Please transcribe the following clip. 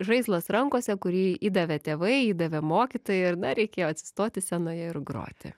žaislas rankose kurį įdavė tėvai įdavė mokytojai ir na reikėjo atsistoti scenoje ir groti